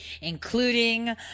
including